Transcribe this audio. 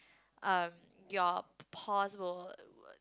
um your pores will would